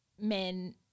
men